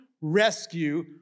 rescue